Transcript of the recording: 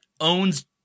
owns